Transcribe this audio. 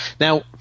Now